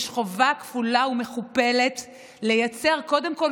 יש חובה כפולה ומכופלת לייצר קודם כול